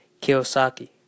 Kiyosaki